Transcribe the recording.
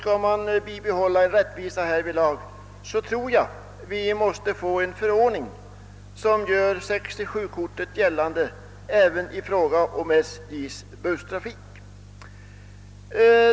Skall man bibehålla en rättvis behandling av dem, måste vi få en förordning som gör 67-kortet giltigt även för SJ:s busstrafik.